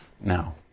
Now